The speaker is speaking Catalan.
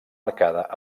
arcada